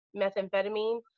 methamphetamine